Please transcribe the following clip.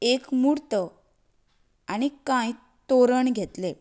एक मूर्त आनी कांय तोरण घेतले